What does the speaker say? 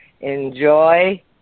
enjoy